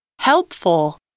Helpful